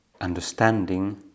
understanding